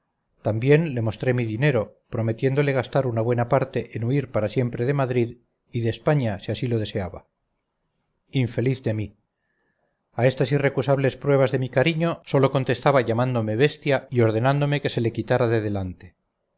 también le mostré mi dinero prometiéndole gastar una buena parte en huir para siempre de madrid y de españa si así lo deseaba infeliz de mí a estas irrecusables pruebas de mi cariño sólo contestaba llamándome bestia y ordenándome que se le quitara de delante